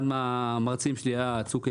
אחד מהמרצים שלי היה צוקרמן.